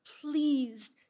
pleased